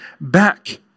back